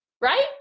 Right